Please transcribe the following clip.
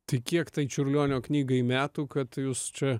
tai kiek tai čiurlionio knygai metų kad jūs čia